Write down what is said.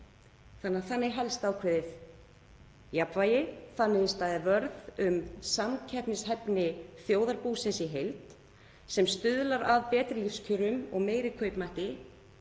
eftir. Þannig helst ákveðið jafnvægi og þannig er staðinn vörður um samkeppnishæfni þjóðarbúsins í heild sem stuðlar að betri lífskjörum og meiri kaupmætti